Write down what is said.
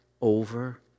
over